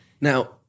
Now